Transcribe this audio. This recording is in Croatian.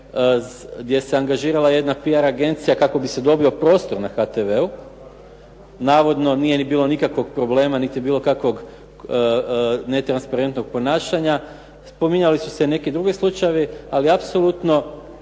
gdje se angažirala je PR agencija kako bi se dobio prostor na HTV-u. navodno nije bilo nikakvog problema niti je bilo kakvog netransparentnog ponašanja. Spominjali su se neki drugi slučajevi, ali apsolutno